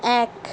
এক